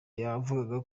yavugaga